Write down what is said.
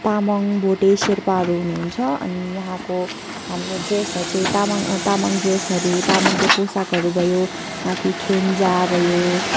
तामाङ भोटे शेर्पाहरू हुनुहुन्छ अनि यहाँको हाम्रो ड्रेसहरू चाहिँ तामाङ तामाङ ड्रेसहरू तामाङको पोसाकहरू भयो माथि खेन्जा भयो